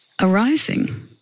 arising